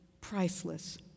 priceless